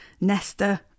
Nesta